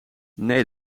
nee